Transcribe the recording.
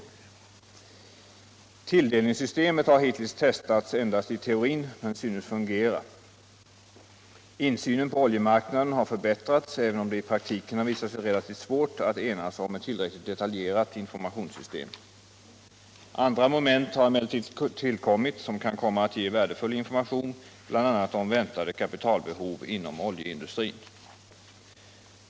Tilldelningssystemet har hittills testats endast i teorin men synes fungera. Insynen på oljemarknaden har förbättrats, även om det i praktiken har visat sig relativt svårt att enas om ett tillräckligt detaljerat informationssystem. Andra moment har emellertid tillkommit som kan komma att ge värdefull information, bl.a. om väntade kapitalbehov inom oljeindustrin.